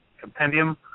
Compendium